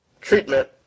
treatment